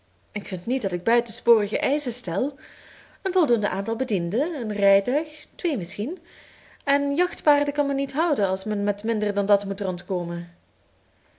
ik vind niet dat ik buitensporige eischen stel een voldoende aantal bedienden een rijtuig twee misschien en jachtpaarden kan men niet houden als men met minder dan dat moet rondkomen